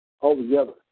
altogether